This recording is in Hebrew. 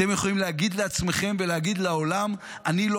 אתם יכולים להגיד לעצמכם ולהגיד לעולם: אני לא